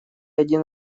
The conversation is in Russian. один